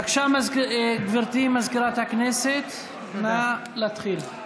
בבקשה, גברתי סגנית מזכירת הכנסת, נא להתחיל.